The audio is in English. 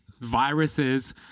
viruses